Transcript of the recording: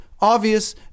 obvious